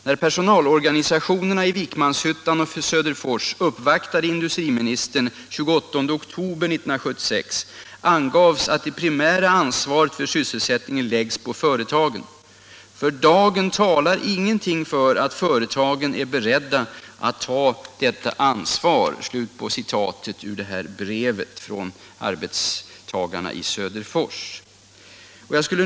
När personalorganisationerna i Vikmanshyttan och Söderfors uppvaktade industriministern 76-10-28 angavs att det primära ansvaret för sysselsättningen läggs på företagen. För dagen talar ingenting för att företagen är beredda att ta detta ansvar.” Det var alltså vad arbetarna i Söderfors skrev.